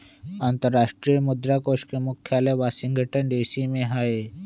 अंतरराष्ट्रीय मुद्रा कोष के मुख्यालय वाशिंगटन डीसी में हइ